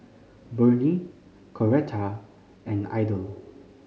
Burney Coretta and Idell